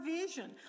vision